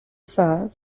fur